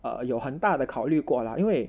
ah 有很大的考虑过啦因为